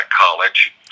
college